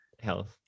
health